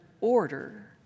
order